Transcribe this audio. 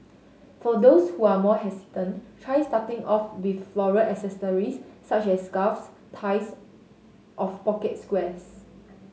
for those who are more hesitant try starting off with floral accessories such as scarves ties of pocket squares